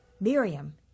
Miriam